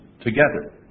together